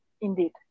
indeed